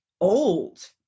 old